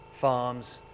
farms